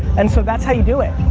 and so that's how you do it,